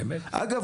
אגב,